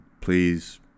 please